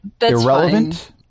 Irrelevant